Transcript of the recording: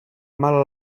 mal